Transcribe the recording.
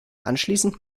anschließend